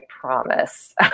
promise